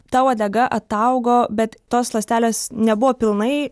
ta uodega ataugo bet tos ląstelės nebuvo pilnai